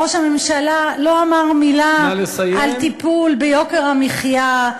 ראש הממשלה לא אמר מילה על טיפול ביוקר המחיה,